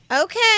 Okay